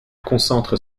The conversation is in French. concentre